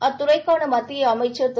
அத்துறைக்கான மத்திய அமைச்சர் திரு